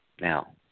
Now